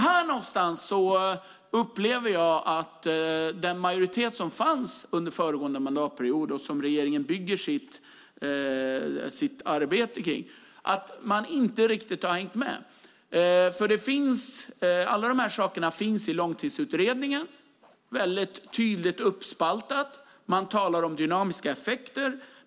Här någonstans upplever jag att den majoritet som fanns under föregående mandatperiod och som regeringen bygger sitt arbete på inte riktigt har hängt med. Alla dessa saker finns nämligen väldigt tydligt uppspaltade i Långtidsutredningen. Man talar om dynamiska effekter.